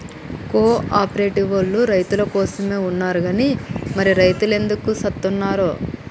కో ఆపరేటివోల్లు రైతులకోసమే ఉన్నరు గని మరి రైతులెందుకు సత్తున్నరో